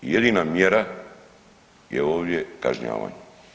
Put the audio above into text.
Jedina mjera je ovdje kažnjavanje.